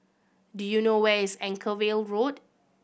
do you know where is Anchorvale Road